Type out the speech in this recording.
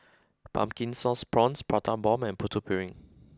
Pumpkin Sauce Prawns Prata Bomb and Putu Piring